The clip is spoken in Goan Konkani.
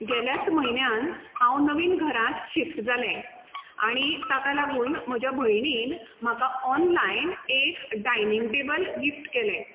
गेल्याच म्हयन्यांत हांव नवीन घरांत शिफ्ट जालें आनी ताका लागून म्हज्या भयणीन म्हाका ऑनलायन एक डायनींग टेबल गिफ्ट केलें